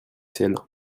ciel